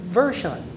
version